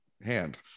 hand